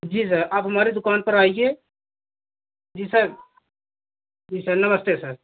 जी sir आप हमारे दुकान पर आइए जी सर जी सर नमस्ते सर